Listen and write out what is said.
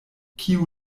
kiu